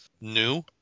new